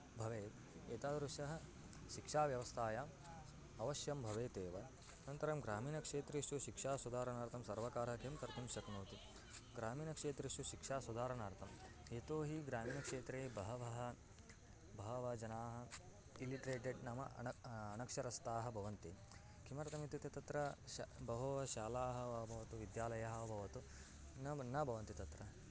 भवेत् एतादृशः शिक्षाव्यवस्थायाम् अवश्यं भवेदेव अनन्तरं ग्रामीणक्षेत्रेषु शिक्षा सुधारणार्थं सर्वकारः किं कर्तुं शक्नोति ग्रामीणक्षेत्रेषु शिक्षा सुधारणार्थं यतो हि ग्रामीणक्षेत्रे बहवः बहवः जनाः इल्लिट्रेटेड् नाम अन अनक्षरस्ताः भवन्ति किमर्तमित्युक्ते तत्र श् बह्व्यः शालाः वा भवतु विद्यालयाः व् भवतु नाम न भवन्ति तत्र